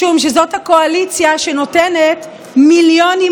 משום שזאת הקואליציה שנותנת מיליונים